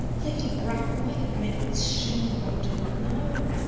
lady bracknell, i admit with shame that i do not know.